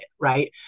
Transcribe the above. right